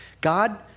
God